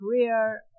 career